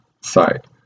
side